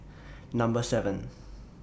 Number seven